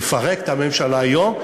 נפרק את הממשלה היום?